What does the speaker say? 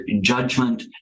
judgment